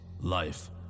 life